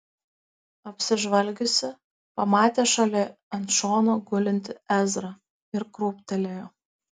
apsižvalgiusi pamatė šalia ant šono gulintį ezrą ir krūptelėjo